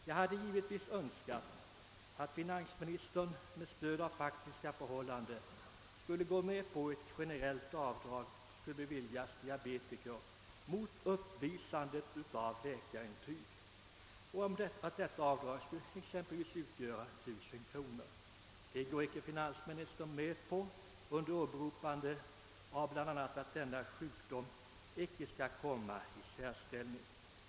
Jag hade givetvis önskat att finansministern — med stöd av faktiska förhållanden — skulle gå med på att generellt avdrag beviljas diabetiker mot uppvisande av läkarintyg, vilket avdrag för slagsvis skulle utgöra 1 000 kronor. Finansministern går emellertid inte med på detta under åberopande av bl.a. att de som lider av diabetes inte bör komma i en särställning.